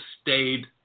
stayed